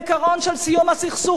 העיקרון של סיום הסכסוך,